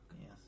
Yes